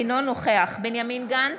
אינו נוכח בנימין גנץ,